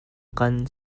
kan